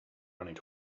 running